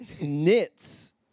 knits